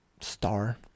star